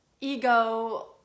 ego